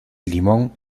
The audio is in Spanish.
limón